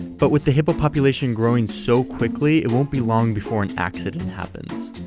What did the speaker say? but with the hippo population growing so quickly, it won't be long before an accident happens.